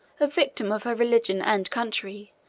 a victim of her religion and country,